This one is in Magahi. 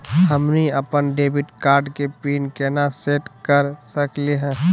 हमनी अपन डेबिट कार्ड के पीन केना सेट कर सकली हे?